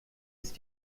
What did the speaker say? ist